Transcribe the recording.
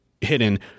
hidden